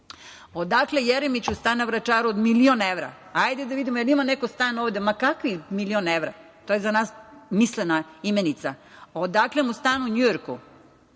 Odakle Jeremiću stan na Vračaru od milion evra? Hajde da vidimo da li ima neko stan ovde, ma kakvih milion evra, to je za nas mislena imenica. Odakle mu stan u Njujorku?